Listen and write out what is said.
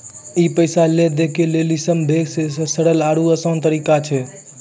ई पैसा लै दै के लेली सभ्भे से सरल आरु असान तरिका छै